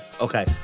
Okay